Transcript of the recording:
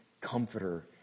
comforter